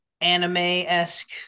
anime-esque